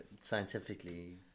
scientifically